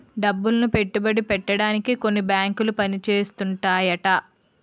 డబ్బులను పెట్టుబడి పెట్టడానికే కొన్ని బేంకులు పని చేస్తుంటాయట